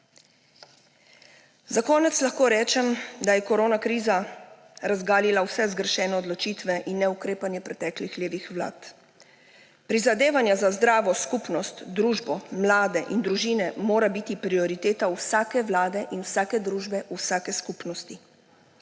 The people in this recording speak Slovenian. Za konec lahko rečem, da je koronakriza razgalila vse zgrešene odločitve in neukrepanje preteklih levih vlad. Prizadevanja za zdravo skupnost, družbo, mlade in družine, mora biti prioriteta vsake vlade in vsake družbe, vsake skupnosti.